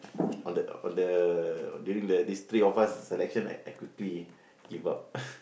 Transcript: on the on the during this three of us selection right I quickly give up